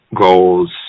goals